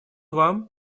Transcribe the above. вам